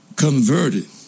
Converted